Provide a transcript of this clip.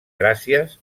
gràcies